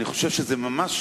ממך,